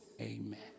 Amen